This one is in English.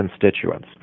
constituents